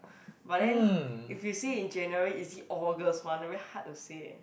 but then if you say in general is it all girls one very to say eh